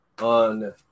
on